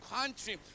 country